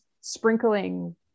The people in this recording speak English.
sprinkling